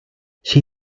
she